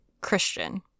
Christian